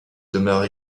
demeurent